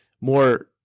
more